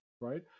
right